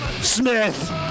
Smith